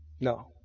No